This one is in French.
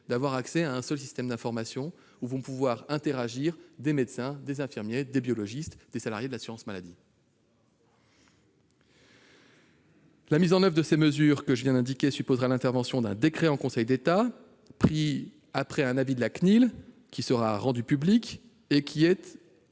d'avoir accès à un seul système d'information où vont pouvoir interagir des médecins, des infirmiers, des biologistes et des salariés de l'assurance maladie. La mise en oeuvre de ces mesures supposera un décret en Conseil d'État, pris après un avis de la CNIL, qui sera rendu public, et qui est d'ores